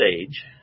age